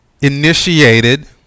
initiated